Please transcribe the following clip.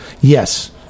yes